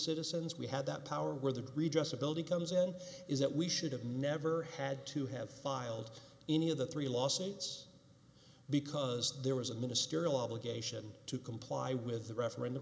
citizens we have that power where the greed just ability comes in is that we should have never had to have filed any of the three lawsuits because there was a ministerial obligation to comply with the referendum